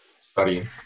studying